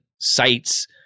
sites